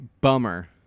Bummer